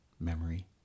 memory